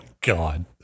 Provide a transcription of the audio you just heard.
god